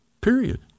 period